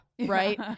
right